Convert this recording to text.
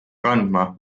kandma